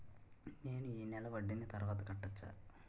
నేను ఈ నెల వడ్డీని తర్వాత కట్టచా?